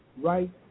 right